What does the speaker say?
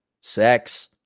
sex